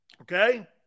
Okay